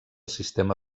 sistema